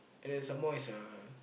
and then some more is the